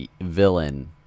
villain